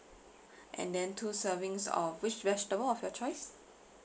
and then two servings of which vegetable of your choice